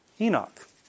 Enoch